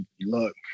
look